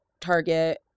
Target